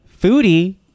foodie